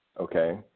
okay